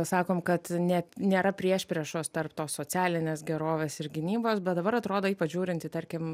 sakom kad ne nėra priešpriešos tarp tos socialinės gerovės ir gynybos bet dabar atrodo ypač žiūrint į tarkim